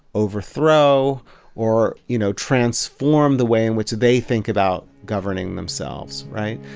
overthrow or, you know, transform the way in which they think about governing themselves, right?